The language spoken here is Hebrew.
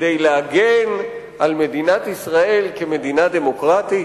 כדי להגן על מדינת ישראל כמדינה דמוקרטית?